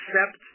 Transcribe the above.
accept